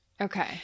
Okay